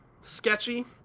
sketchy